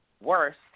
worst